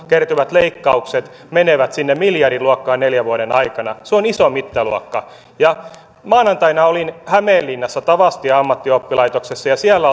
kertyvät leikkaukset menevät sinne miljardiluokkaan neljän vuoden aikana se on iso mittaluokka maanantaina olin hämeenlinnassa tavastia ammattioppilaitoksessa ja siellä